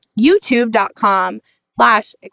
YouTube.com/slash